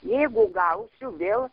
jeigu gausiu vėl